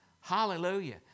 Hallelujah